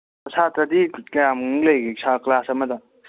ꯁꯥꯇꯔꯗꯤ ꯀꯌꯥꯃꯨꯛ ꯂꯩꯒꯦ ꯀ꯭ꯂꯥꯁ ꯑꯃꯗ